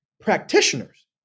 practitioners